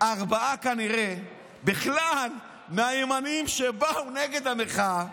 שארבעה כנראה הם בכלל מהימנים שבאו נגד המחאה,